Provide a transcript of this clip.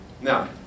Now